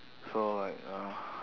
so like uh